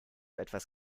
etwas